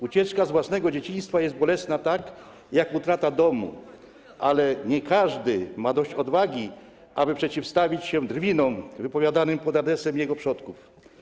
Ucieczka od własnego dzieciństwa jest bolesna tak jak utrata domu, ale nie każdy ma dość odwagi, aby przeciwstawić się drwinom wypowiadanym pod adresem jego przodków.